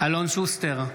אלון שוסטר,